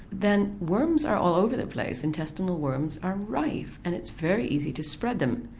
then worms are all over the place, intestinal worms are rife and it's very easy to spread them.